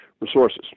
resources